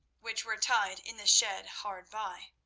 which were tied in the shed hard by.